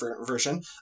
version